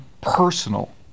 personal